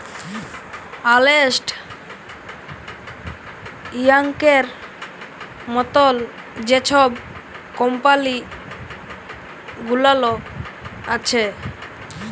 আর্লেস্ট ইয়াংয়ের মতল যে ছব কম্পালি গুলাল আছে